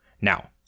Now